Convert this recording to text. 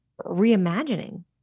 reimagining